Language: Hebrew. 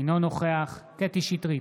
אינו נוכח קטי קטרין שטרית,